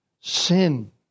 sin